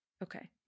Okay